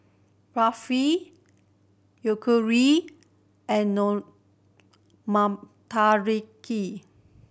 Barfi Yakitori and Motoyaki